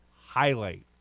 highlight